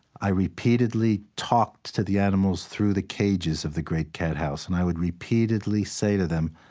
i repeatedly talked to the animals through the cages of the great cat house, and i would repeatedly say to them,